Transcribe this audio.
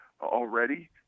already